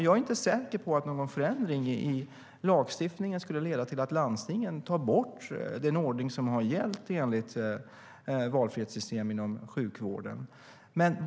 Jag är inte säker på att en ändring i lagstiftningen skulle leda till att landstingen tog bort den ordning som gällt enligt valfrihetssystem inom sjukvården.